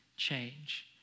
Change